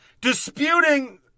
disputing